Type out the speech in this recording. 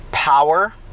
power